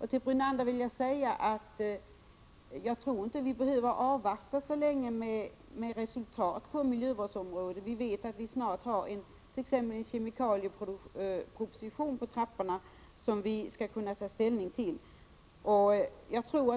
Jag tror inte, Lennart Brunander, att vi behöver avvakta så länge med åtgärder på miljövårdsområdet. Vi vet t.ex. att vi snart får ta ställning till en proposition om kemikalieanvändning som kommer att läggas på riksdagens bord.